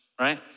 right